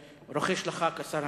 רוחש לך כשר המקשר.